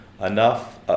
enough